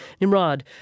Nimrod